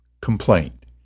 Complaint